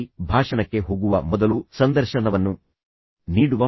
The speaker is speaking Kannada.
ವಿಶೇಷವಾಗಿ ಅವರು ಭಾಷಣಕ್ಕೆ ಹೋಗುವ ಮೊದಲು ಸಂದರ್ಶನವನ್ನು ನೀಡುವ ಮೊದಲು ಹೀಗೆ ಮಾಡಿ ಎಂದು ಹೇಳುತ್ತಾರೆ